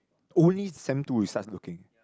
only sem two he starts looking